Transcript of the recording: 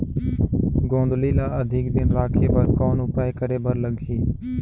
गोंदली ल अधिक दिन राखे बर कौन उपाय करे बर लगही?